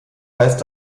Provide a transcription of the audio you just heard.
heißt